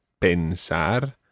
pensar